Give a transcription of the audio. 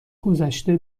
گذشته